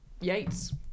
Yates